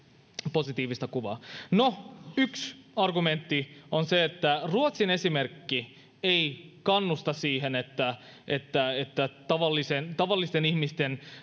positiivista kuvaa no yksi argumentti on se että ruotsin esimerkki ei kannusta siihen että että tavallisten ihmisten